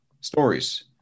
Stories